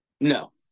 No